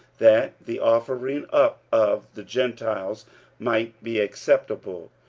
that the offering up of the gentiles might be acceptable,